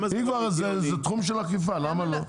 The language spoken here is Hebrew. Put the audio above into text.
אם כבר זה תחום של אכיפה, למה לא?